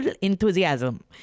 enthusiasm